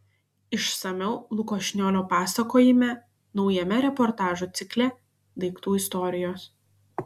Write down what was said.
išsamiau luko šniolio pasakojime naujame reportažų cikle daiktų istorijos